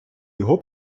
його